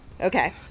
Okay